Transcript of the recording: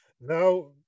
Now